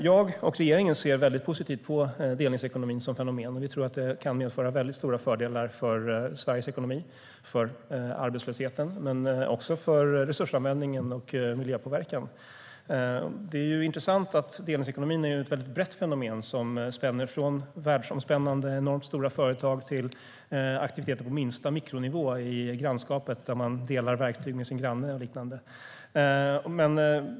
Jag och regeringen ser mycket positivt på delningsekonomin som fenomen och tror att det kan medföra stora fördelar för Sveriges ekonomi, för arbetslösheten men också för resursanvändningen och för miljöpåverkan. Det är intressant att delningsekonomin är ett mycket brett fenomen som spänner från världsomspännande, enormt stora företag till aktiviteter på minsta mikronivå i grannskapet, där man delar verktyg med sin granne och liknande.